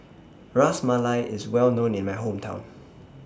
Ras Malai IS Well known in My Hometown